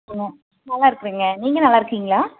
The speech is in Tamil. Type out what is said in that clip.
ம் நல்லா இருக்கிறேங்க நீங்கள் நல்லா இருக்கிங்களா